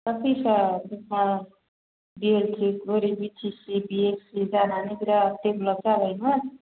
दा फैसा थाखा बि एल टि ओरै B T C B A C जानानै ओरै बिराद देभेलप्त जाबायमोन